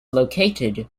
located